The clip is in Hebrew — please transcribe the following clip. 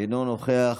אינו נוכח,